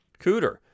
Cooter